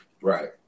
Right